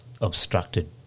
obstructed